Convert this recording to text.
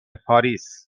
پاریس